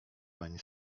weń